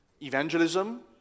Evangelism